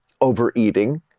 overeating